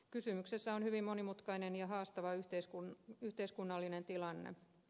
kysymyksessä on hyvin monimutkainen ja haastava yhteiskunnallinen tilanne